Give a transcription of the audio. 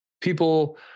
people